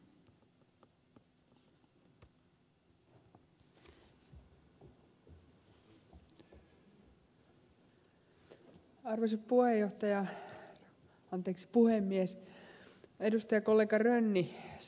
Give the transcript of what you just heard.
edustajakollega rönni sai vielä kyllösen nousemaan kolostaan